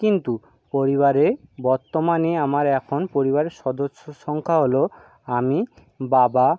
কিন্তু পরিবারে বর্তমানে আমার এখন পরিবারে সদস্য সংখ্যা হল আমি বাবা